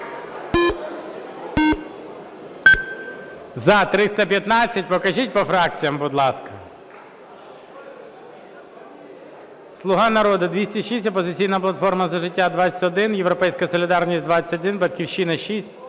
За-315 Покажіть по фракціях, будь ласка.